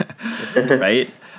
Right